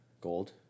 gold